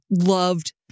loved